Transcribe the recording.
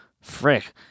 frick